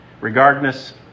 regardless